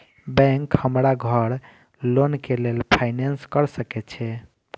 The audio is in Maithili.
बैंक हमरा घर लोन के लेल फाईनांस कर सके छे?